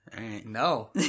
No